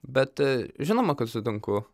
bet žinoma kad sutinku